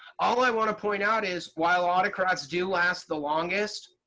all i want to point out is while autocrats do last the longest,